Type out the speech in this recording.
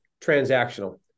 transactional